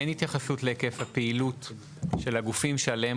אין התייחסות להיקף הפעילות של הגופים שעליהם